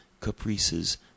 Caprices